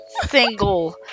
single